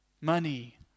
money